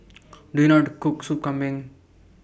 Do YOU know How to Cook Sop Kambing